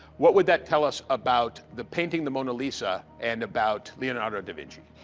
what would that tell us about the painting, the mona lisa, and about leonardo da vinci?